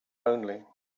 only